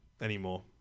anymore